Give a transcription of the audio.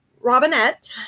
Robinette